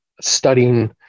studying